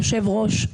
היושב-ראש,